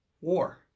war